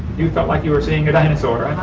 you felt like you were seeing a dinosaur,